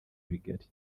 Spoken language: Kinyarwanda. bigari